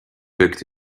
booked